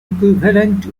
equivalent